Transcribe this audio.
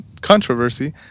controversy